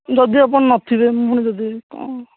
ଯଦି ଆପଣ ନ ଥିବେ ପୁଣି ଯଦି କ'ଣ